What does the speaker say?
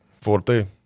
forte